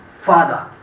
father